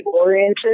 oriented